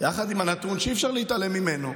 יחד עם הנתון שאי-אפשר להתעלם ממנו,